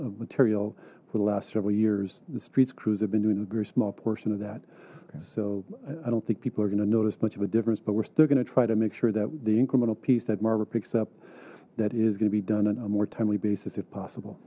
material for the last several years the streets crews have been doing a very small portion of that so i don't think people are gonna notice much of a difference but we're still gonna try to make sure that the incremental piece that marva picks up that is going to be done on a more timely basis if possible